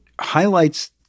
highlights